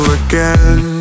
again